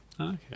Okay